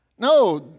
No